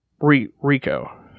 Rico